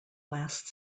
last